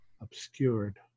obscured